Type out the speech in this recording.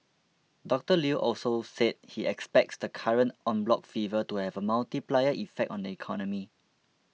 Doctor Lew also said he expects the current En bloc fever to have a multiplier effect on the economy